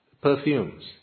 perfumes